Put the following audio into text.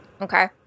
Okay